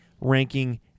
ranking